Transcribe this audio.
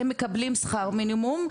הם מקבלים שכר מינימום,